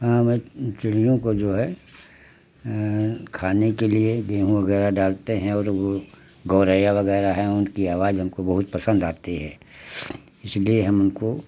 हमें चिड़ियों को जो है खाने के लिए गेहूँ वग़ैरह डालते हैं और वह गौरैया वग़ैरह हैं उनकी आवाज़ हमको बहुत पसन्द आती है इसलिए हम उनको